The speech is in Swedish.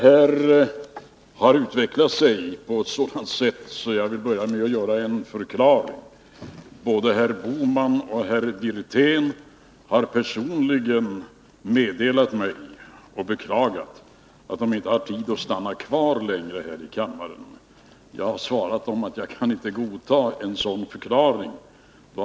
Herr talman! Jag vill börja med att lämna en förklaring. Både herr Bohman och herr Wirtén har personligen meddelat mig och beklagat att de inte har tid att stanna kvar längre i kammaren. Jag har svarat dem att jag inte kan godta en sådan förklaring.